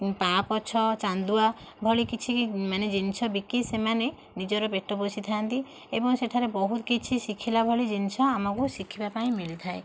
ପାପୋଛ ଚାନ୍ଦୁଆ ଭଳି କିଛି ମାନେ ଜିନିଷ ବିକି ସେମାନେ ସେମାନଙ୍କ ପେଟ ପୋଷିଥାନ୍ତି ଏବଂ ସେଠାରେ ବହୁ କିଛି ଶିଖିଲା ଭଳି ଜିନିଷ ଆମକୁ ଶିଖିବା ପାଇଁ ମିଳିଥାଏ